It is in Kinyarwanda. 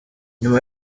nyuma